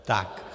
Tak.